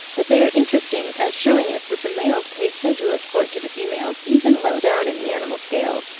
but they are interesting as shewing us that the males pay sedulous court to the females even low down in the animal scale.